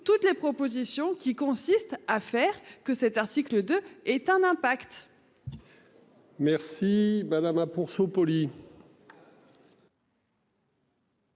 toutes les propositions qui consiste à faire que cet article 2 est un impact.